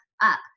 up